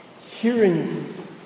Hearing